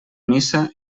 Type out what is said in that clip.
missa